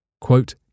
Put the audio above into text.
quote